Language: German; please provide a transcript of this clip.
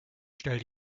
stellt